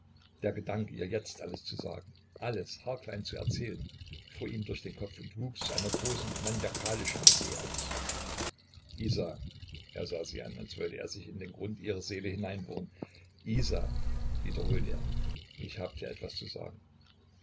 der gedanke ihr jetzt alles zu sagen alles haarklein zu erzählen fuhr ihm durch den kopf und wuchs zu einer großen maniakalischen idee aus isa er sah sie an als wollte er sich in den grund ihrer seele hineinbohren isa wiederholte er ich habe dir etwas zu sagen